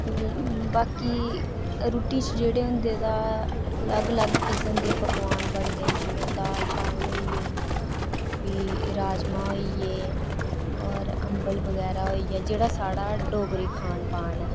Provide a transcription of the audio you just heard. बाकी रुट्टी जेह्ड़े होंदे तां अलग अलग किस्म दे पकवान बनदे जि'यां दल चावल होइये भी राजमां होइये होर अम्बल बगैरा होइया जेह्ड़ा साढ़ा डोगरी खान पान ऐ